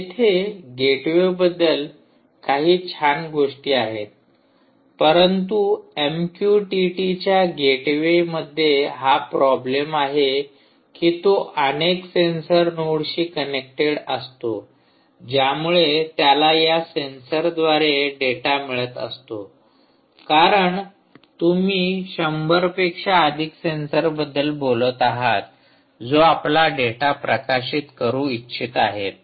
येथे गेटवेबद्दल काही छान गोष्टी आहेत परंतु एमक्यूटीटीच्या गेटवे मध्ये हा प्रॉब्लेम आहे की तो अनेक सेन्सर नोडशी कनेक्टेड असतो ज्यामुळे त्याला या सेन्सर द्वारे डेटा मिळत असतो कारण तुम्ही 100 पेक्षा अधिक सेन्सर बद्दल बोलत आहात जो आपला डेटा प्रकाशित करू इच्छित आहेत